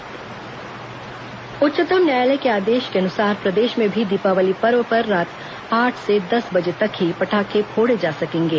supreme court पटाखा समय उच्चतम न्यायालय के आदेश के अनुसार प्रदेश में भी दीपावली पर्व पर रात आठ से दस बजे तक ही पटाखे फोड़े जा सकेंगे